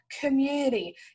Community